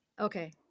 Okay